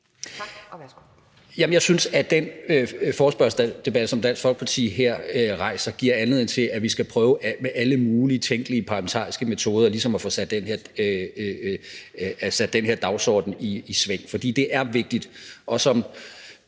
jeg synes, at den forespørgselsdebat, som Dansk Folkeparti her rejser, giver anledning til, at vi skal prøve med alle mulige tænkelige parlamentariske metoder ligesom at få sat den her dagsorden i sving, for det er vigtigt. Og som